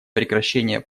прекращение